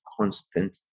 constant